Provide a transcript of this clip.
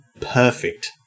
perfect